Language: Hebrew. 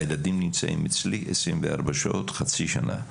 הילדים נמצאים אצלי 24 שעות במשך חצי שנה,